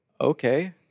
okay